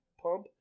pump